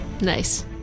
Nice